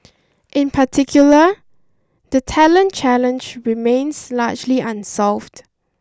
in particular the talent challenge remains largely unsolved